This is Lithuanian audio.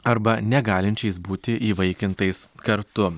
arba negalinčiais būti įvaikintais kartu